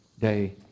day